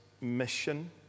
mission